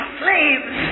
slaves